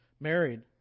Married